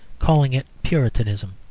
calling it puritanism,